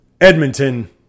Edmonton